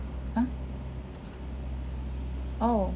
!huh! oh